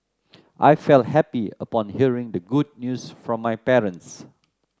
I felt happy upon hearing the good news from my parents